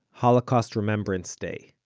holocaust remembrance day.